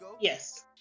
Yes